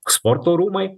sporto rūmai